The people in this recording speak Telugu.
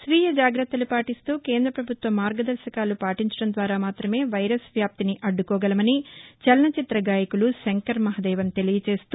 స్వీయ జాగ్రత్తలు పాటిస్తూ కేంద్ర పభుత్వ మార్గదర్శకాలు పాటించడం ద్వారా మాత్రమే వైరస్ వ్యాప్తిని అడ్లకోగలమని చలనచిత్ర గాయకులు శంకర్మహదేవన్ తెలియజేస్తూ